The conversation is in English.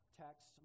text